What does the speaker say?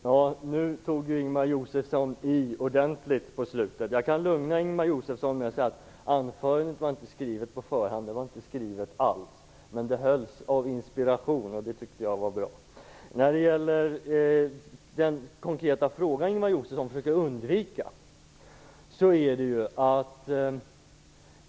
Herr talman! Nu tog Ingemar Josefsson i ordentligt på slutet. Jag kan lugna Ingemar Josefsson med att säga att mitt anförande inte var skrivet på förhand, det var inte skrivet alls. Det hölls av inspiration, och det tyckte jag var bra. Ingemar Josefsson försökte undvika min konkreta fråga.